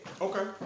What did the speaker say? Okay